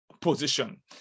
position